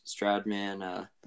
Stradman